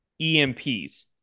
EMPs